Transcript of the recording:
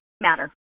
matter